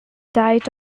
diet